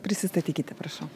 prisistatykite prašau